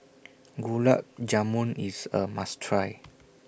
Gulab Jamun IS A must Try